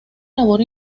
labor